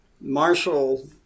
Marshall